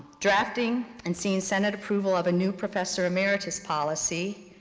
drafting and seeing senate approval of a new professor emeritus policy,